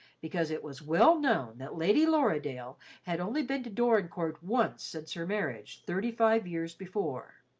because it was well known that lady lorridaile had only been to dorincourt once since her marriage, thirty-five years before.